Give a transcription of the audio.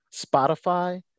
Spotify